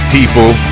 people